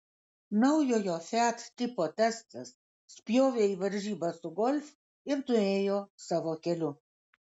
naujojo fiat tipo testas spjovė į varžybas su golf ir nuėjo savo keliu